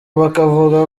bakavuga